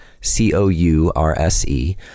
C-O-U-R-S-E